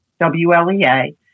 WLEA